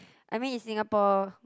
I mean in Singapore